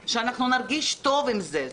שנרגיש טוב עם זה.